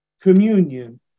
communion